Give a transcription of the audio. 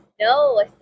No